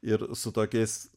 ir su tokiais